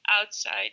outside